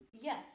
Yes